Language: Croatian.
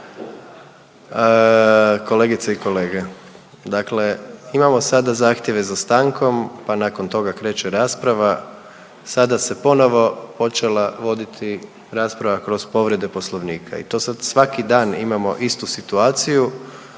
Kolegice i kolege, dakle imamo sada zahtjeve za stankom, pa nakon toga kreće rasprava, sada se ponovo počela voditi rasprava kroz povrede poslovnika i to sad svaki dan imamo istu situaciju,